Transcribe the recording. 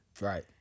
Right